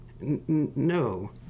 No